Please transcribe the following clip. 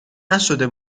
نشده